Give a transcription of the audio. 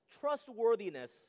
trustworthiness